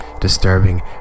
disturbing